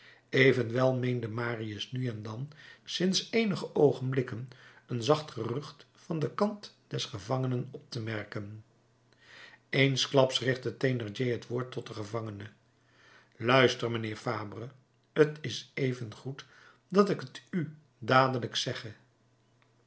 evenwel meende marius nu en dan sinds eenige oogenblikken een zacht gerucht van den kant des gevangenen op te merken eensklaps richtte thénardier het woord tot den gevangene luister mijnheer fabre t is even goed dat ik t u dadelijk zegge